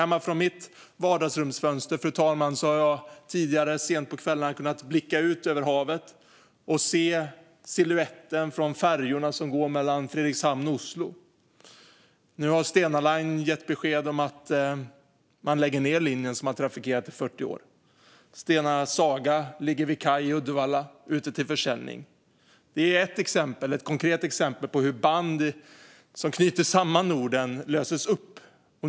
Hemma från mitt vardagsrumsfönster har jag kunnat blicka ut över havet sent på kvällarna och se silhuetten av färjorna som går mellan Fredrikshamn och Oslo. Nu har Stena Line gett besked om att de lägger ned den linje som de har trafikerat i 40 år. Stena Saga ligger vid kaj i Uddevalla och är ute till försäljning. Det är ett konkret exempel på hur band som knyter samman Norden löses upp.